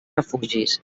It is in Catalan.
refugis